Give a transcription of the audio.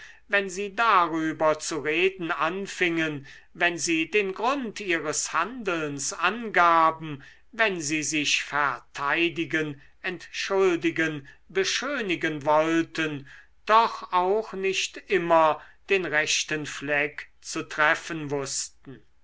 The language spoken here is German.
wenn sie darüber zu reden anfingen wenn sie den grund ihres handelns angaben wenn sie sich verteidigen entschuldigen beschönigen wollten doch auch nicht immer den rechten fleck zu treffen wußten